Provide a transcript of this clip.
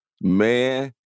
Man